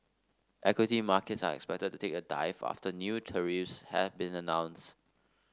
equity markets are expected to take a dive after new tariffs have been announced